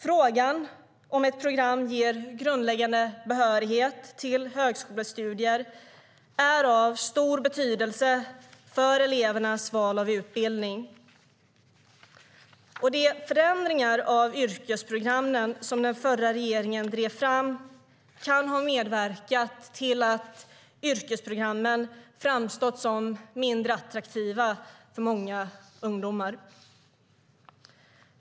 Frågan om ett program ger grundläggande behörighet till högskolestudier är av stor betydelse för elevernas val av utbildning. De förändringar av yrkesprogrammen som den förra regeringen drev fram kan ha medverkat till att yrkesprogrammen framstått som mindre attraktiva för många ungdomar.